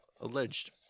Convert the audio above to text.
alleged